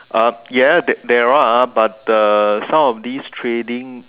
uh ya there are but uh some of this trading